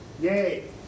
Yay